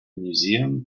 museum